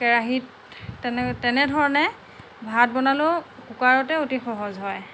কেৰাহীত তেনে তেনেধৰণে ভাত বনালেও কুকাৰতে অতি সহজ হয়